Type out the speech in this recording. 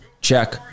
Check